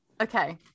Okay